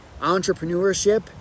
entrepreneurship